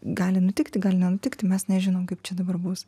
gali nutikti gali nenutikti mes nežinom kaip čia dabar bus